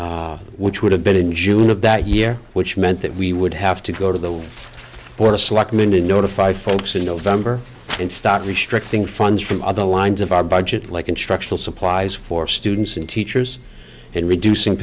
funds which would have been in june of that year which meant that we would have to go to the board of selectmen to notify folks in november and start restricting funds from other lines of our budget like instructional supplies for students and teachers and reducing